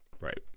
Right